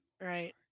Right